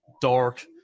dark